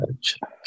check